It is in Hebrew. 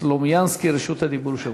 רשות הדיבור שלך.